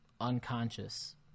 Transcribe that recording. unconscious